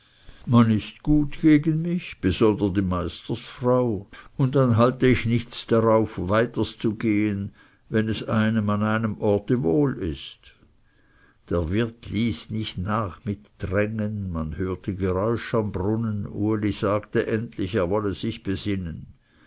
man ist gut gegen mich besonders die meisterfrau und dann halte ich nichts darauf weiterszugehen wenn es einem an einem orte wohl ist der wirt ließ nicht nach mit drängen man hörte geräusch am brunnen uli sagte endlich er wolle sich besinnen